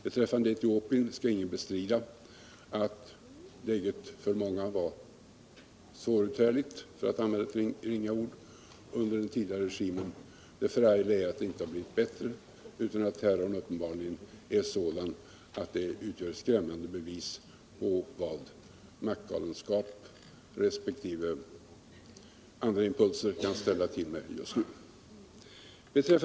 Beträffande Etiopien skall ingen bestrida att läget för många var svåruthärdligt, för att använda ett ringa ord, under den tidigare regimen. Men det förargliga är att det inte blivit bättre, utan att terrorn uppenbarligen är sådan att den utgör ett skrämmande bevis på vad maktgalenskap resp. andra impulser kan ställa till med just nu.